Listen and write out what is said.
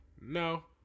no